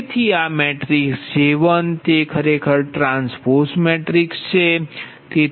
તેથી આ matrix J1 તે ખરેખર ટ્રાન્સપોઝ છે